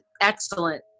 excellent